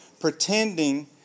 pretending